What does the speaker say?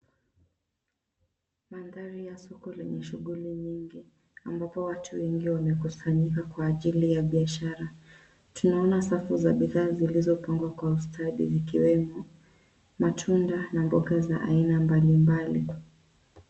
Mandhari ya soko lenye shughuli nyingi ambapo watu wengi wamekusanyika kwa ajili ya bishara. Tunaona safu za bidhaa zilizopangwa kwa ustadhi zikiwemo matunda na mboga za aina mbalimbali.